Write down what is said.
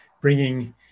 bringing